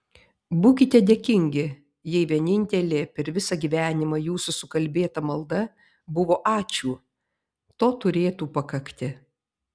būkite dėkingi jei vienintelė per visą gyvenimą jūsų sukalbėta malda buvo ačiū to turėtų pakakti